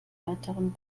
weiteren